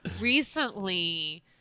recently